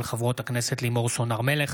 של חברות הכנסת לימור סון הר מלך